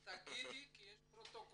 את תגידי כי יש פרוטוקול.